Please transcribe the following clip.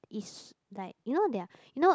is like you know their you know